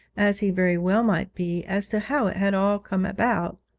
as he very well might be, as to how it had all come about,